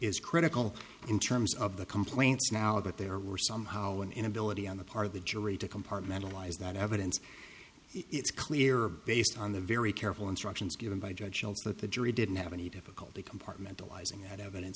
is critical in terms of the complaints now that there were somehow an inability on the part of the jury to compartmentalize that evidence it's clear based on the very careful instructions given by judge that the jury didn't have any difficulty compartmentalizing that evidence